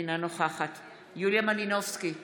אינה נוכחת יוליה מלינובסקי קונין,